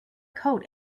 coat